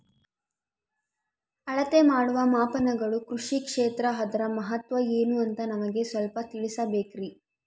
ಅಳತೆ ಮಾಡುವ ಮಾಪನಗಳು ಕೃಷಿ ಕ್ಷೇತ್ರ ಅದರ ಮಹತ್ವ ಏನು ಅಂತ ನಮಗೆ ಸ್ವಲ್ಪ ತಿಳಿಸಬೇಕ್ರಿ?